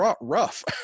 rough